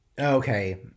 Okay